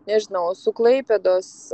nežinau su klaipėdos